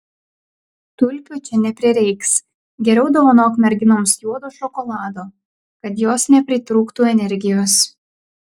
tulpių čia neprireiks geriau dovanok merginoms juodo šokolado kad jos nepritrūktų energijos